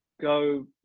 go